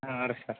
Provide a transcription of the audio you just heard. ಹಾಂ ರೀ ಸರ್